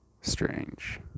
Strange